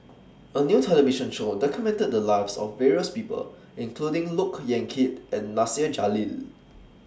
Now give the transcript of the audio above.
A New television Show documented The Lives of various People including Look Yan Kit and Nasir Jalil